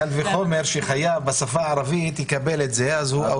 אז קל וחומר כשחייב בשפה הערבית יקבל את זה.